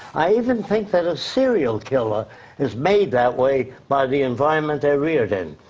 i even think that a serial killer is made that way by the environment they are reared in.